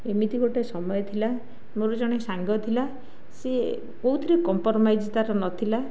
ଏମିତି ଗୋଟିଏ ସମୟ ଥିଲା ମୋର ଜଣେ ସାଙ୍ଗ ଥିଲା ସିଏ କେଉଁଥିରେ କମ୍ପରମାଇଜ୍ ତା'ର ନଥିଲା